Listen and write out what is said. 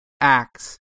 acts